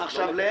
(ב) שהפך עכשיו ל-?